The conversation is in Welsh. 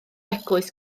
eglwys